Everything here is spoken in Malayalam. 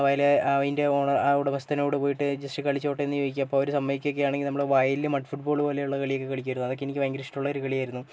ആ വയൽ അതിൻറെ ഓണർ ആ ഉടമസ്ഥനോട് പോയിട്ട് ജസ്റ്റ് കളിച്ചോട്ടെ എന്ന് ചോദിക്കും അപ്പോൾ അവർ സമ്മതിക്കുകയൊക്കെയാണെങ്കിൽ നമ്മൾ വയലിൽ മഡ് ഫുട്ബോൾ പോലെയുള്ള കളിയൊക്കെ കളിക്കുമായിരുന്നു അതൊക്കെ എനിക്ക് ഭയങ്കര ഇഷ്ടമുള്ളൊരു കളിയായിരുന്നു